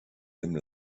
dem